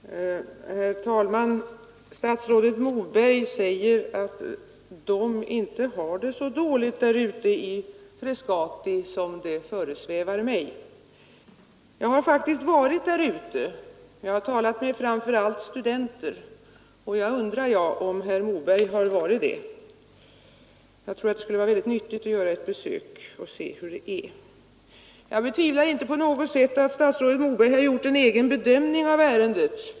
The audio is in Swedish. Herr talman! Statsrådet Moberg säger att de inte har det så dåligt där ute i Frescati som det föresvävar mig. Jag har faktiskt varit där och talat med framför allt studenter, och jag undrar om herr Moberg har varit där. Det skulle vara väldigt nyttigt att göra ett besök för att se hur det är. Jag betvivlar inte på något sätt att statsrådet Moberg har gjort en egen bedömning av ärendet.